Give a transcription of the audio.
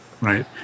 right